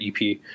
EP